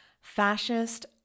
Fascist